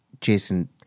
Jason